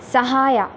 ಸಹಾಯ